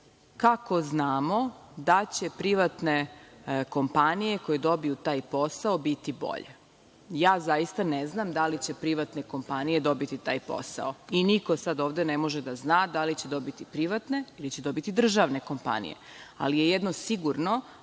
kako znamo da će privatne kompanije koje dobiju taj posao biti bolje? Ja zaista ne znam da li će privatne kompanije dobiti taj posao i niko sada ovde ne može da zna da li će dobiti privatne ili će dobiti državne kompanije, ali je jedno sigurno,